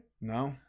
No